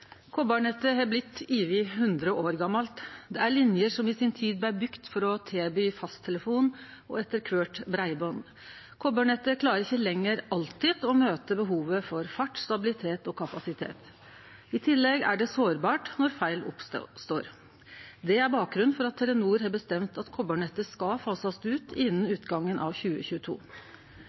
Koparnettet har blitt over 100 år gammalt. Det er linjer som i si tid blei bygde for å tilby fasttelefon og etter kvart breiband. Koparnettet klarer ikkje lenger alltid å møte behovet for fart, stabilitet og kapasitet. I tillegg er det sårbart når feil oppstår. Det er bakgrunnen for at Telenor har bestemt at koparnettet skal fasast ut innan utgangen av 2022.